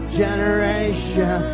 generation